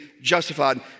justified